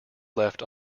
left